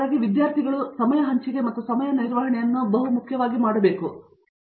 ಹಾಗಾಗಿ ವಿದ್ಯಾರ್ಥಿಗಳ ನಡುವೆ ಸಮಯ ಹಂಚಿಕೆ ಮತ್ತು ಸಮಯ ನಿರ್ವಹಣೆಯು ಬಹಳ ಮುಖ್ಯ ಎಂದು ನಾನು ಭಾವಿಸುತ್ತೇನೆ